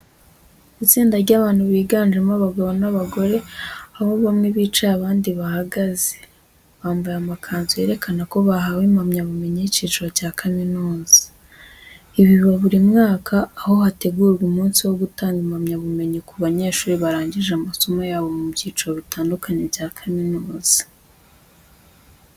Itsinda ry'abantu biganjemo abagabo n'abagore, aho bamwe bicaye abandi bahagaze. Bambaye amakanzu yerekana ko bahawe impamyabumenyi y'ikiciro cya kaminuza. Ibi biba buri mwaka, aho hategurwa umunsi wo gutanga impamyabumenyi ku banyeshuri barangije amasomo yabo mu byiciro bitandukanye bya kaminuza.